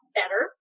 better